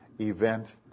event